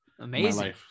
amazing